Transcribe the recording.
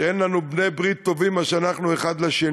כשאין לנו בעלי-ברית טובים מאשר אנחנו זה לזה,